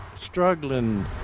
struggling